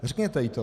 Řekněte jí to.